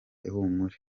ihumure